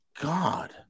God